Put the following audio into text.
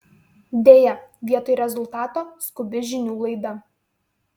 deja vietoj rezultato skubi žinių laida